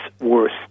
worse